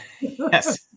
Yes